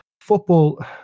football